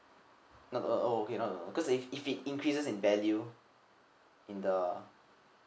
uh uh oh okay uh because if if it increases in value in the